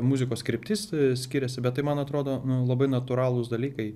muzikos kryptis skiriasi bet tai man atrodo labai natūralūs dalykai